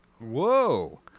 Whoa